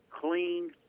Clean